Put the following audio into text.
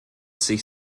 sich